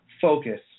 focus